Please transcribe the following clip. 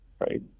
Right